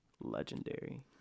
Legendary